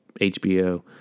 HBO